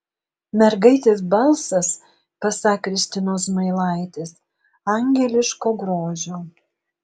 mergaitės balsas pasak kristinos zmailaitės angeliško grožio